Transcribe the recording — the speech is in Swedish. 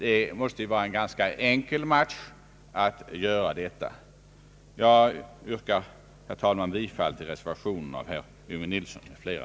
Det måste ju vara eh ganska enkel match att göra denna översyn. Jag yrkar, herr talman, bifall till reservationen av herr Yngve Nilsson m.fl.